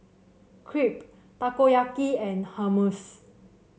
Crepe Takoyaki and Hummus